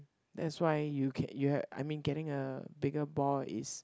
that's why you can you have I mean getting a bigger ball is